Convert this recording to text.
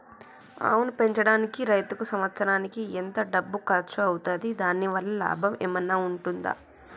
ఆవును పెంచడానికి రైతుకు సంవత్సరానికి ఎంత డబ్బు ఖర్చు అయితది? దాని వల్ల లాభం ఏమన్నా ఉంటుందా?